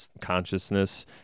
consciousness